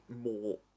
more